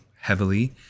heavily